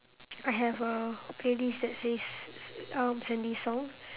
I have a playlist that says um trendy songs